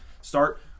start